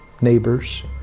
neighbors